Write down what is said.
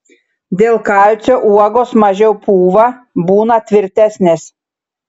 dėl kalcio uogos mažiau pūva būna tvirtesnės